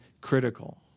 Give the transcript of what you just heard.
critical